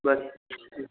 बत्तीस